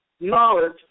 knowledge